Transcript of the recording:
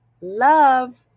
love